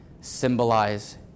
symbolize